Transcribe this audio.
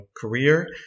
career